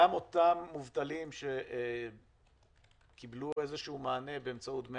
גם אותם מובטלים שקיבלו איזשהו מענה באמצעות דמי